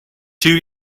two